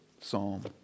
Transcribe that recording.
psalm